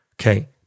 Okay